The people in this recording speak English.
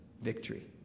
victory